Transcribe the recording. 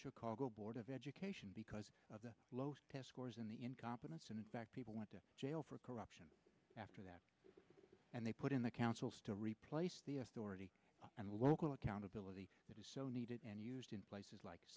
chicago board of education because of the last test scores in the incompetence and back people went to jail for corruption after that and they put in the councils to replace the authority and local accountability that is so needed and used in places like